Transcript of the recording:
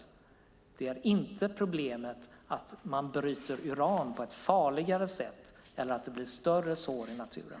Problemet är inte att man bryter uran på ett farligare sätt eller att det blir större sår i naturen.